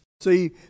See